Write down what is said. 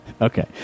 okay